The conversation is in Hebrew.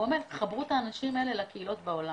הוא אומר חברו את האנשים האלה לקהילות בעולם.